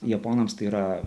japonams tai yra